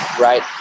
right